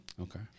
Okay